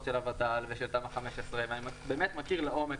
של הוות"ל ושל תמ"א 15 ואני באמת מכיר לעומק.